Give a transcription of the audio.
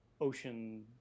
ocean